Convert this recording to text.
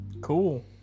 Cool